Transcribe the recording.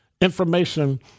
information